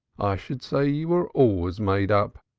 i should say you were always made up.